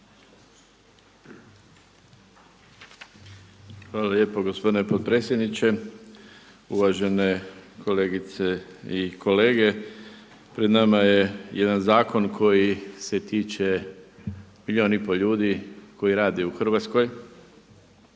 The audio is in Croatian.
Hvala lijepo gospodine potpredsjedniče. Uvažene kolegice i kolege. Prema nama je jedan zakon koji se tiče milijun i pol ljudi koji rade u Hrvatskoj,